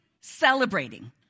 celebrating